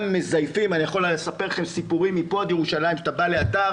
גם מזייפים ואני יכול לספר לכם סיפורים שאתה בא לאתר